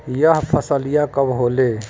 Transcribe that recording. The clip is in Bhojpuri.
यह फसलिया कब होले?